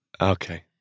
Okay